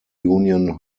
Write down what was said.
union